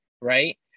right